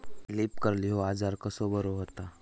Leaf curl ह्यो आजार कसो बरो व्हता?